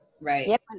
Right